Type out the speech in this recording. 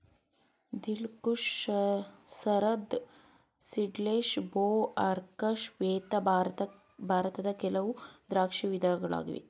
ದಿಲ್ Khush, Sharad seedless, ಭೋ, ಅರ್ಕ ಶ್ವೇತ ಭಾರತದ ಕೆಲವು ದ್ರಾಕ್ಷಿ ವಿಧಗಳಾಗಿ